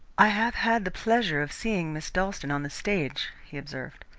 i have had the pleasure of seeing miss dalstan on the stage, he observed.